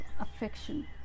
affection